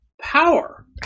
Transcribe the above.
power